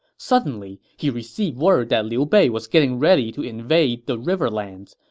suddenly, he received word that liu bei was getting ready to invade the riverlands,